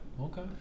Okay